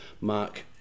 Mark